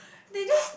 they just